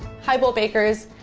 hi bold bakers!